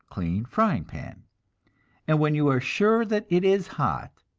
clean frying-pan and when you are sure that it is hot,